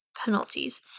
penalties